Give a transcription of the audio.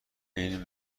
این